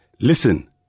Listen